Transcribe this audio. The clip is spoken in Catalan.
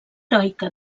heroica